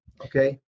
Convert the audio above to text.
Okay